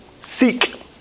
Seek